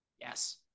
yes